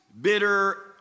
bitter